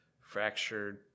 fractured